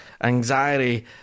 anxiety